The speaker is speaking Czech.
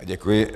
Děkuji.